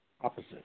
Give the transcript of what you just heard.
opposite